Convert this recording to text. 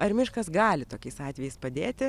ar miškas gali tokiais atvejais padėti